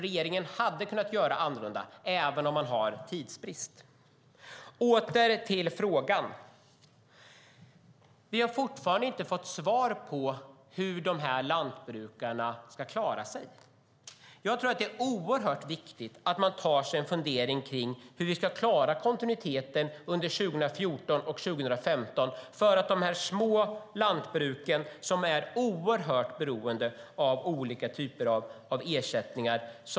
Regeringen hade alltså kunnat göra annorlunda även om man har tidsbrist. Åter till frågan. Vi har fortfarande inte fått svar på hur de här lantbrukarna ska klara sig. Jag tror att det är oerhört viktigt att man tar sig en funderare kring hur vi ska klara kontinuiteten under 2014 och 2015 när det gäller de små lantbruken, som är oerhört beroende av olika typer av ersättningar.